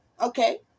okay